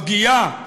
הפגיעה